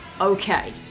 okay